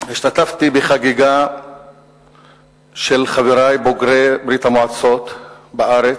השתתפתי בחגיגה של חברי בוגרי ברית-המועצות בארץ,